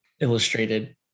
illustrated